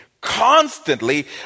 constantly